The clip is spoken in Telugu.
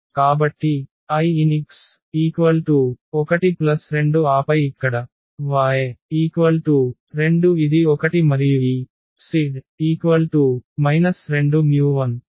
కాబట్టి inx 1 2 ఆపై ఇక్కడ y 2 ఇది 1 మరియు ఈ z 2μ1